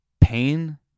pain